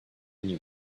new